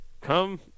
Come